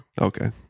Okay